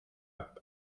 cup